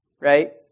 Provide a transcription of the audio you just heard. right